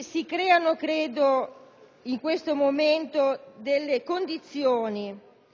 Si creano in questo momento condizioni